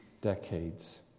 decades